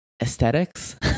aesthetics